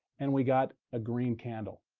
and we got a green candle.